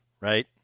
right